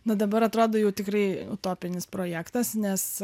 na dabar atrodo jau tikrai utopinis projektas nes